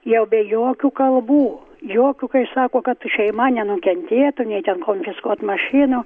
jau be jokių kalbų jokių kai sako kad šeima nenukentėtų nei ten konfiskuot mašinų